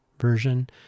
version